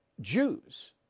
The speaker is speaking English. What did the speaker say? Jews